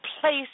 place